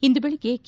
ಇಂದು ಬೆಳಿಗ್ಗೆ ಕೆ